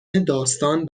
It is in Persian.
داستان